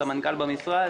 סמנכ"ל במשרד.